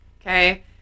Okay